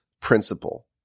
principle